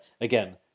again